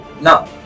Now